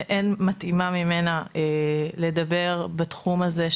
שאין מתאימה ממנה לדבר בתחום הזה,